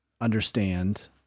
understand